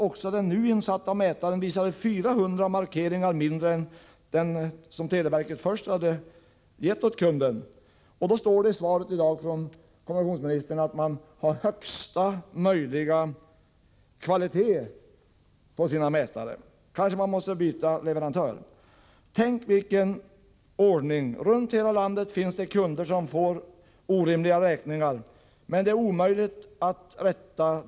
Också den nu insatta mätaren visade 400 färre markeringar än televerkets första uppgift till kunden. I svaret i dag från kommunikationsministern står det att televerket håller ”högsta möjliga kvalitet på mätarna”. Verket kanske måste byta leverantör. Tänk vilken ordning! Runt hela landet finns det kunder som får orimliga räkningar, vilka som regel är omöjliga att rätta.